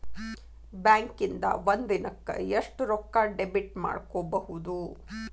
ಬ್ಯಾಂಕಿಂದಾ ಒಂದಿನಕ್ಕ ಎಷ್ಟ್ ರೊಕ್ಕಾ ಡೆಬಿಟ್ ಮಾಡ್ಕೊಬಹುದು?